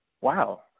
Wow